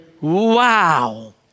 wow